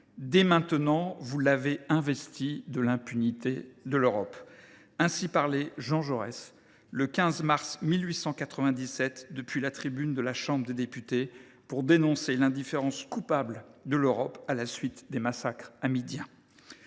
Dès maintenant, vous l’avez investi de l’impunité de l’Europe. » Ainsi parlait Jean Jaurès le 15 mars 1897, depuis la tribune de la Chambre des députés, pour dénoncer l’indifférence coupable de l’Europe à la suite des massacres hamidiens.